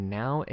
now